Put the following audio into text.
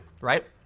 right